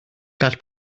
gall